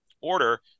order